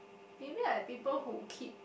maybe like people who keep